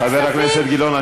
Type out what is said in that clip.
דאג לכך -- חבר הכנסת גילאון,